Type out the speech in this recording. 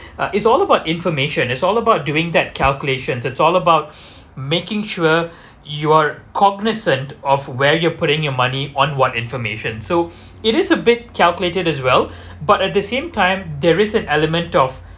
uh it's all about information it's all about doing that calculations it's all about making sure you are cognisant of where you're putting your money on what information so it is a bit calculated as well but at the same time there is an element of